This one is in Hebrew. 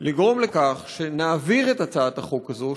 לגרום לכך שנעביר את הצעת החוק הזאת,